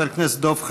חבר הכנסת דב חנין,